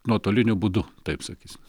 nuotoliniu būdu taip sakysim